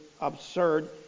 absurd